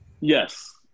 Yes